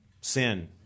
sin